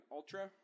Ultra